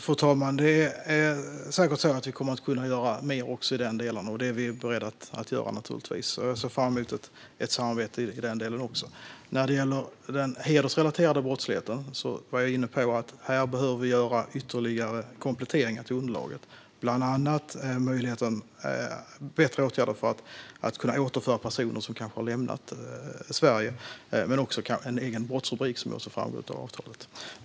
Fru talman! Vi kommer säkert att kunna göra mer också i denna del, och det är vi givetvis beredda att göra. Jag ser fram emot ett samarbete även här. Vad gäller den hedersrelaterade brottsligheten behöver vi komplettera underlaget. Det handlar bland annat om bättre åtgärder för att kunna återföra personer som har lämnat Sverige och en egen brottsrubrik. Det ser jag fram emot i avtalet.